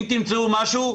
אם תמצאו משהו,